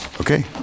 Okay